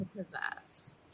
possess